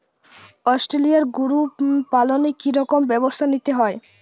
Australian গরু পালনে কি রকম ব্যবস্থা নিতে হয়?